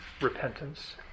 repentance